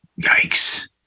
Yikes